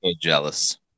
jealous